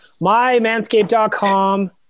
Mymanscape.com